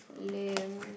lame